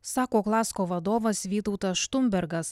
sako klasko vadovas vytautas štumbergas